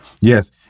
Yes